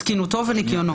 תקינותו וניקיונו.